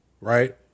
right